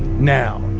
now,